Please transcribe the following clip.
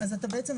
בבקשה.